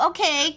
Okay